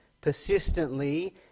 persistently